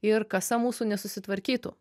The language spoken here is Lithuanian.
ir kasa mūsų nesusitvarkytų